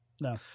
No